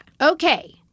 okay